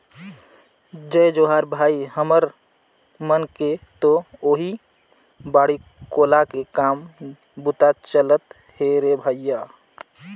जय जोहार भाई, हमर मन के तो ओहीं बाड़ी कोला के काम बूता चलत हे रे भइया